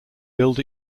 build